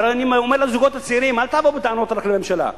ואני אומר לזוגות הצעירים: אל תבואו בטענות רק לממשלה.